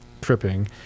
Tripping